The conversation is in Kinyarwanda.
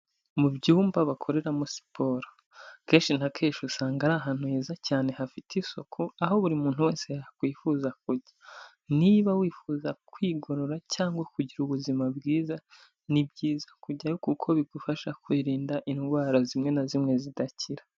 Mu byumba bakorera muri siporo kenshi na kenshi usanga ari ahantu heza cyane hafite isuku, aho buri muntu wese yakwifuza kujya, niba wifuza kwigorora cyangwa kugira ubuzima bwiza ni byiza kujyayo kuko bigufasha kwirinda indwara zimwe na zimwe zidakira.